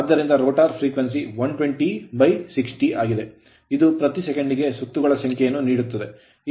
ಆದ್ದರಿಂದ rotor frequency rotor frequency 12060 ಆಗಿದೆ ಇದು ಪ್ರತಿ ಸೆಕೆಂಡಿಗೆ ಸುತ್ತುಗಳ ಸಂಖ್ಯೆಯನ್ನು ನೀಡುತ್ತದೆ